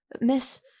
Miss